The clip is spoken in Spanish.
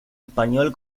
español